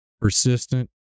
persistent